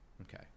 Okay